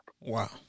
Wow